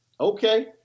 Okay